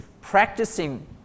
practicing